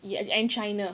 ya and china